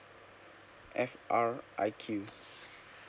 F R I Q